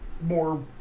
more